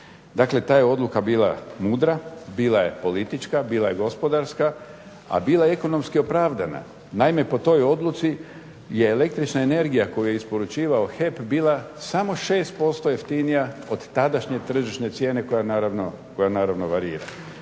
Dakle, ta je odluka bila mudra, bila je politička, bila je gospodarska,a bila je ekonomski opravdana. Naime, po toj odluci je električna energija koju je isporučivao HEP bila samo 6% jeftinija od tadašnje tržišne cijene koja naravno varira.